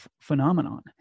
phenomenon